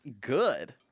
good